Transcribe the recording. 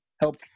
help